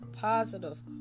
positive